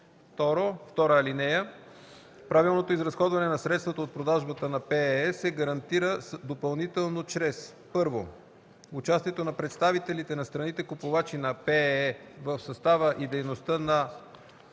инвестиции. (2) Правилното изразходване на средствата от продажбата на ПЕЕ се гарантира допълнително чрез: 1. участието на представители на страните – купувачи на ПЕЕ, в състава и дейността на